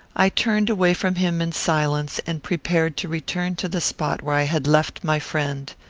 i turned away from him in silence, and prepared to return to the spot where i had left my friend.